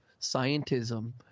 scientism